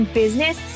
business